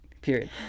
period